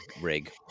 rig